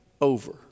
over